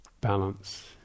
balance